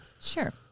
Sure